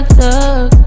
thug